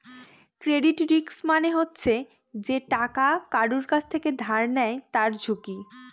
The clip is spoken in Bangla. ক্রেডিট রিস্ক মানে হচ্ছে যে টাকা কারুর কাছ থেকে ধার নেয় তার ঝুঁকি